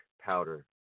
powder